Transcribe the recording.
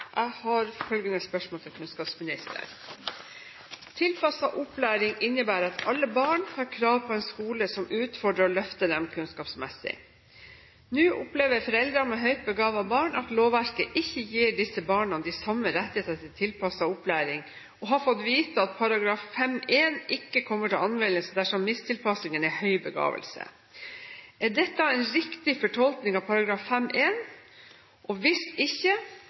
kunnskapsministeren: «Tilpasset opplæring innebærer at alle barn har krav på en skole som utfordrer og løfter dem kunnskapsmessig. Nå opplever foreldre med høyt begavede barn at lovverket ikke gir disse barna de samme rettigheter til tilpasset opplæring, og har fått vite at opplæringslova § 5-1 ikke kommer til anvendelse dersom mistilpasningen er høy begavelse. Er dette en riktig fortolkning av § 5-1, og hvis ikke,